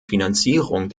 finanzierung